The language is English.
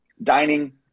Dining